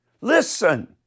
listen